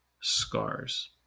scars